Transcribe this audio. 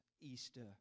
Easter